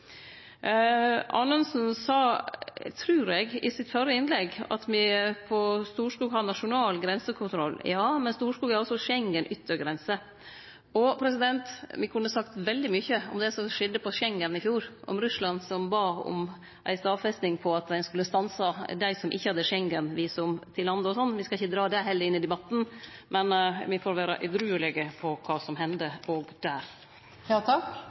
Anundsen sa – trur eg – i det førre innlegget sitt at me på Storskog har nasjonal grensekontroll. Ja, men Storskog er altså Schengen-yttergrense, og me kunne sagt veldig mykje om det som skjedde på Schengen i fjor – om Russland som bad om ei stadfesting på at ein skulle stanse dei som ikkje hadde Schengen-visum, osv. Me skal ikkje dra det heller inn i debatten, men me får vere edruelege på kva som hender, òg der. Representanten Trygve Slagsvold Vedum har hatt ordet to ganger tidligere og